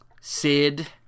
Sid